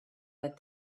that